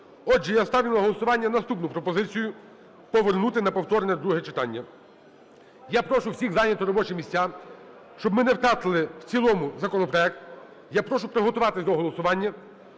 Отже, я ставлю на голосування наступну пропозицію - повернути на повторне друге читання. Я прошу всіх зайняти робочі місця, щоб ми не втратили в цілому законопроект. Я прошу приготуватися до голосування